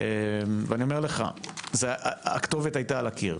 אני אומר לך, הכתובת הייתה על הקיר.